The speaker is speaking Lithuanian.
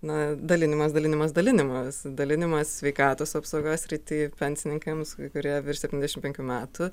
na dalinimas dalinimas dalinimasis dalinimas sveikatos apsaugos srity pensininkams kurie virš septyniasdešimt penkių metų